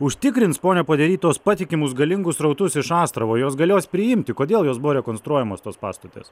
užtikrins pone podery tuos patikimus galingus srautus iš astravo jos galios priimti kodėl jos buvo rekonstruojamos tas pastotės